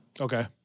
Okay